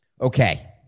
Okay